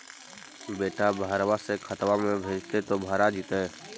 बेटा बहरबा से खतबा में भेजते तो भरा जैतय?